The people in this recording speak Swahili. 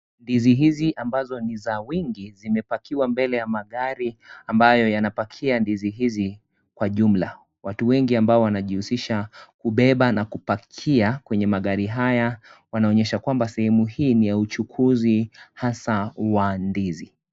Ndizi hizi ambazo ni za wingi zimepakiwa mbele ya magari amabyo yanapakia ndizi hizi kwa jumla, watu wengi ambao wanjihusisha kubeba na kupakia kwenye magari haya wanaonyesha kwamba sehemu hii ni ya uchukuzi hasa wa ndizi.